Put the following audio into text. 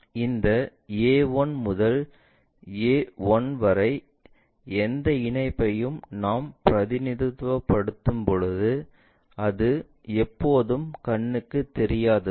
இந்த A 1 முதல் A 1 வரை எந்த இணைப்பையும் நாம் பிரதிநிதித்துவப்படுத்தும் போது அது எப்போதும் கண்ணுக்கு தெரியாதது